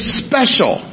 special